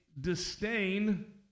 disdain